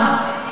חבר הכנסת זוהר,